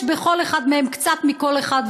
יש בכל אחד מהם קצת מכל אחד,